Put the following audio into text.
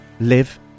live